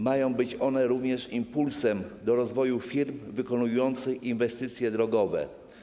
Mają być one również impulsem do rozwoju firm wykonujących inwestycje drogowe.